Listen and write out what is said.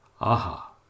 Aha